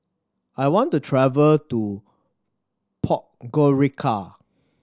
I want to travel to Podgorica